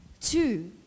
Two